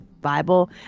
Bible